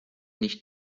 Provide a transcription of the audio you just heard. nicht